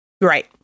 Right